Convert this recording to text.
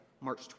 March